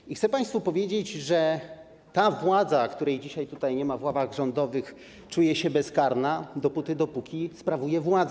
I chcę państwu powiedzieć, że ta władza, której dzisiaj tutaj nie ma w ławach rządowych, czuje się bezkarna dopóty, dopóki sprawuje władzę.